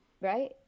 right